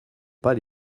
pas